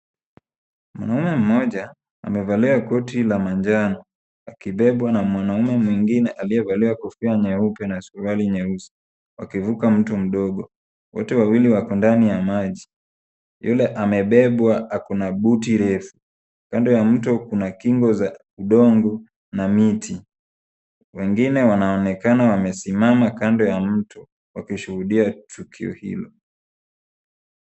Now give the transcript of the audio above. Mwanamume mmoja amevalia koti la manjano akibebwa na mwanamume mwingine aliyevalia kofia nyeupe na suruali nyeusi wakivuka mto mdogo. Wote wawili wako ndani ya maji, yule amebebwa ako na buti refu, kando ya mto kuna kingo za udongo na miti. Wengine wanaonekana wamesimama kando ya mto wakishuhudia tukio hilo.